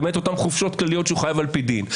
למעט אותן חופשות כלליות שהוא חייב על פי דין,